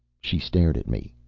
she stared at me.